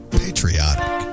patriotic